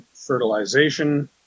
fertilization